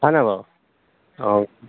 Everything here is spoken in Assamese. হয় নহয় বাৰু অঁ